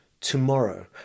tomorrow